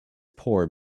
poor